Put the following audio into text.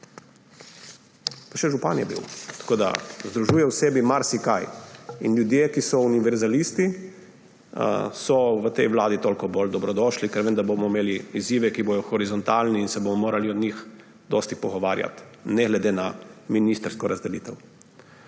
še župan je bil. Tako da združuje v sebi marsikaj. In ljudje, ki so univerzalisti, so v tej vladi toliko bolj dobrodošli, ker vem, da bomo imeli izzive, ki bojo horizontalni, in se bomo morali o njih dosti pogovarjati, ne glede na ministrsko razdelitev.